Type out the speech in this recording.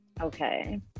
okay